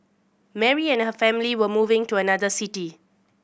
Mary and her family were moving to another city